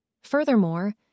Furthermore